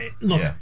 Look